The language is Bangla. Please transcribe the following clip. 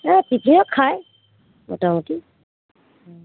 না টিফিনও খায় মোটামুটি হুম